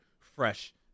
Fresh